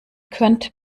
könnt